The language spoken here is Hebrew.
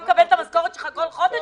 אתה מקבל את המשכורת שלך בעוד חודש?